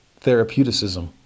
therapeuticism